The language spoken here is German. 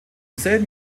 selben